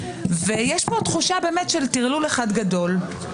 ויש פה תחושה באמת של טרלול אחד גדול.